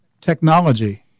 technology